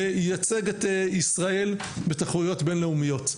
לייצג את ישראל בתחרויות בינלאומיות.